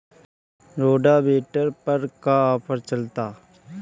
Rotavator पर का offer चलता?